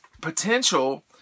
potential